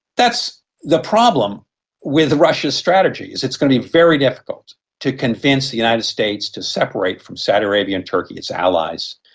that's the problem with russia's strategy, is it's going to be very difficult to convince the united states to separate from saudi arabia and turkey, its allies,